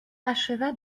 acheva